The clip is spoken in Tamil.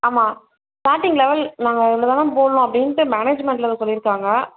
ஆமாம் ஸ்டார்டிங் லெவல் நாங்கள் இவ்வளோ தான் மேம் போடணும் அப்படின்ட்டு மேனேஜ்மெண்ட்டில் சொல்லியிருக்காங்க